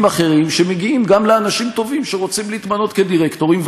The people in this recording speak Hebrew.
אחרים שמגיעים גם לאנשים טובים שרוצים להתמנות כדירקטורים,